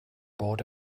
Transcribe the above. bought